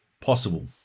Possible